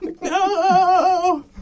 No